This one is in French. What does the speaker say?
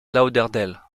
lauderdale